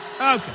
Okay